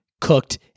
cooked